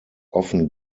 often